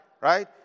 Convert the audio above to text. right